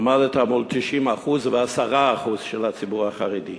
עמדת מול 90% ו-10% של הציבור החרדי.